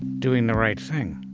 doing the right thing